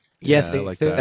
yes